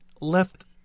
left